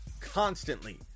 constantly